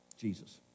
Jesus